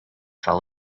fell